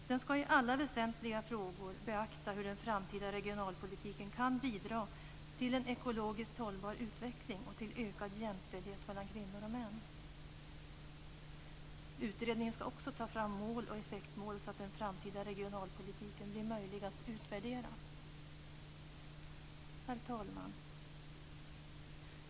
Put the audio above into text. Den skall i alla väsentliga frågor beakta hur den framtida regionalpolitiken kan bidra till en ekologiskt hållbar utveckling och till ökad jämställdhet mellan kvinnor och män. Utredningen skall också ta fram mål och effektmål så att den framtida regionalpolitiken blir möjlig att utvärdera. Herr talman!